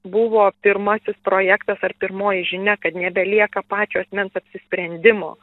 buvo pirmasis projektas ar pirmoji žinia kad nebelieka pačio asmens apsisprendimo